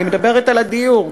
אני מדברת על הדיור,